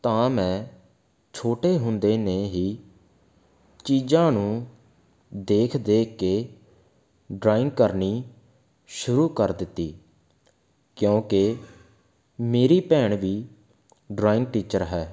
ਤਾਂ ਮੈਂ ਛੋਟੇ ਹੁੰਦੇ ਨੇ ਹੀ ਚੀਜ਼ਾਂ ਨੂੰ ਦੇਖ ਦੇਖ ਕੇ ਡਰਾਇੰਗ ਕਰਨੀ ਸ਼ੁਰੂ ਕਰ ਦਿੱਤੀ ਕਿਉਂਕਿ ਮੇਰੀ ਭੈਣ ਵੀ ਡਰਾਇੰਗ ਟੀਚਰ ਹੈ